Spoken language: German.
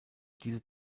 diese